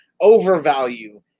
overvalue